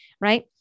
Right